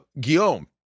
Guillaume